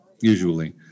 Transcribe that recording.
usually